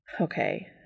Okay